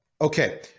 Okay